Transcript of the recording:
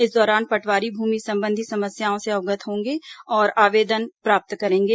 इस दौरान पटवारी भूमि संबंधी समस्याओं से अवगत होंगे और आवेदन प्राप्त करेंगे